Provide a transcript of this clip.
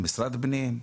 משרד הפנים,